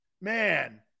Man